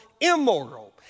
immoral